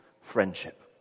friendship